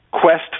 quest